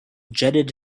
jetted